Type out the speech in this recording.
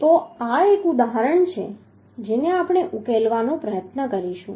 તો આ એક ઉદાહરણ છે જેને આપણે ઉકેલવાનો પ્રયત્ન કરીશું